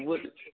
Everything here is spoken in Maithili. बोल